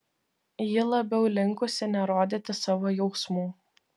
ji labiau linkusi nerodyti savo jausmų